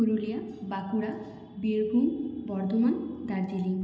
Purulia Bankura Birbhum Bardhaman Darjeeling